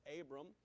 Abram